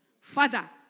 Father